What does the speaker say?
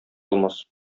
алмас